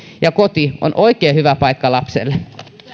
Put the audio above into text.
ja koti on oikein hyvä paikka lapselle